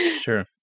Sure